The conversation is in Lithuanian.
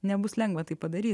nebus lengva tai padaryt